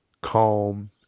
calm